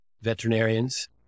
veterinarians